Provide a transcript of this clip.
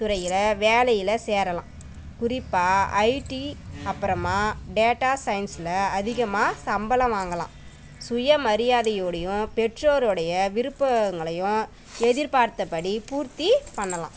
துறையில் வேலையில் சேரலாம் குறிப்பாக ஐடி அப்புறமா டேட்டா சயின்ஸ்ல அதிகமாக சம்பளம் வாங்கலாம் சுய மரியாதையோடையும் பெற்றோரோடைய விருப்பங்களையும் எதிர்பார்த்த படி பூர்த்தி பண்ணலாம்